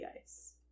ice